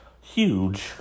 huge